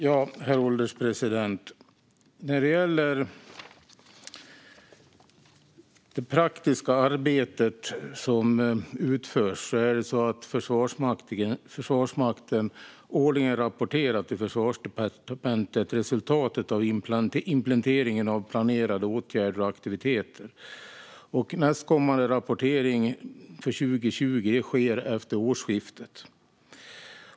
Herr ålderspresident! När det gäller det praktiska arbetet som utförs rapporterar Försvarsmakten årligen resultatet av implementeringen av planerade åtgärder och aktiviteter till Försvarsdepartementet. Nästkommande rapportering för 2020 sker efter årsskiftet.